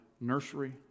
nursery